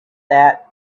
that